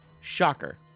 Shocker